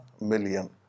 million